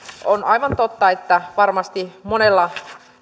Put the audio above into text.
on aivan totta että varmasti monella